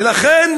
ולכן,